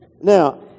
Now